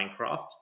Minecraft